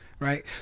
Right